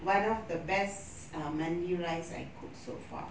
one of the best um mandi rice I cooked so far